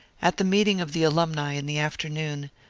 at the meeting of the alumni in the afternoon,